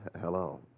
Hello